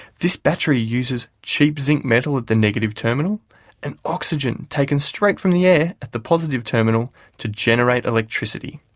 this battery uses cheap zinc metal at the negative terminal and oxygen taken straight from the air at the positive terminal to generate electricity.